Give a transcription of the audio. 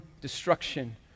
destruction